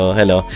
hello